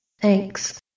Thanks